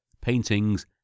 paintings